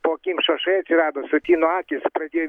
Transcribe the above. po akim šašai atsirado sutino akys pradėjo